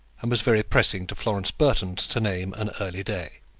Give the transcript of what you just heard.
and was very pressing to florence burton to name an early day.